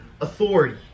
authority